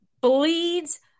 bleeds